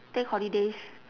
take holidays